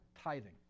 tithing